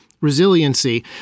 resiliency